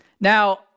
Now